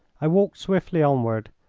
i walked swiftly onward,